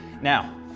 Now